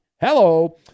Hello